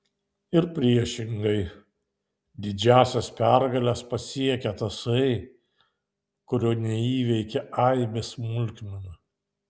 ir priešingai didžiąsias pergales pasiekia tasai kurio neįveikia aibės smulkmenų